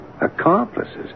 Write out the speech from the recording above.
Accomplices